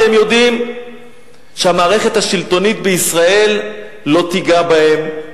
כי הם יודעים שהמערכת השלטונית בישראל לא תיגע בהם,